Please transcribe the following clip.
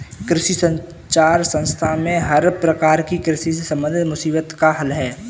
कृषि संचार संस्थान में हर प्रकार की कृषि से संबंधित मुसीबत का हल है